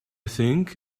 think